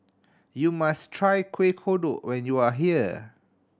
you must try Kueh Kodok when you are here